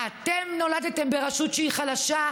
אתם נולדתם ברשות שהיא חלשה,